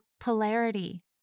polarity